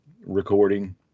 recording